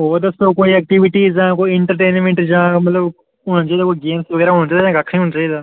होर कोई एक्टीविटी ऐ मतलब कोई एंटरटेनमेंट जां मतलब होन जां गेम्स बगैरा होना चाहिदा कक्ख निं होना चाहिदा